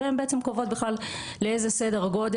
אבל אני אומר שאני כחבר כנסת לא ראיתי דיון מספק בכלים